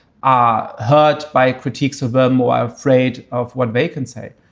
are hurt by critiques of them or are afraid of what they can say.